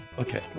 Okay